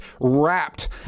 wrapped